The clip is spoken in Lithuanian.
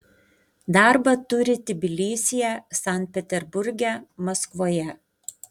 darbą turi tbilisyje sankt peterburge maskvoje